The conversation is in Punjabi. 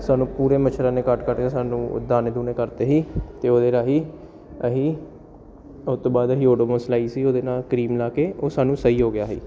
ਸਾਨੂੰ ਪੂਰੇ ਮੱਛਰਾਂ ਨੇ ਕੱਟ ਕੱਟ ਕੇ ਸਾਨੂੰ ਦਾਣੇ ਦੂਣੇ ਕਰਤੇ ਸੀ ਅਤੇ ਉਹਦੇ ਰਾਹੀਂ ਅਸੀਂ ਉਹ ਤੋਂ ਬਾਅਦ ਅਸੀਂ ਓਡੋਮੋਸ ਲਾਈ ਸੀ ਉਹਦੇ ਨਾਲ ਕਰੀਮ ਲਾ ਕੇ ਉਹ ਸਾਨੂੰ ਸਹੀ ਹੋ ਗਿਆ ਸੀ